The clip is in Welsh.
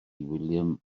william